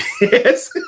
Yes